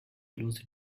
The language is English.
closer